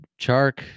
Chark